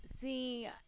See